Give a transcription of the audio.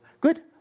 good